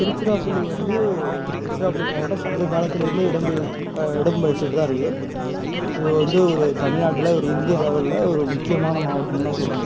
திருச்சிராப்பள்ளி வந்து திருச்சிராப்பள்ளி மாவட்டம் சங்க காலத்திலேருந்தே இடம்பெற் இடம்பெற்றுட்டு தான் இருக்குது இது வந்து ஒரு தமிழ்நாட்டில் ஒரு இந்திய அளவில் ஒரு முக்கியமான மாவட்டம் தான் சொல்லணும்